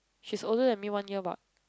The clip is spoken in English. he is older than me one year about